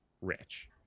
rich